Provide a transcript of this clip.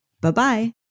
Bye-bye